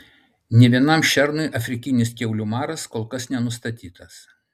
nė vienam šernui afrikinis kiaulių maras kol kas nenustatytas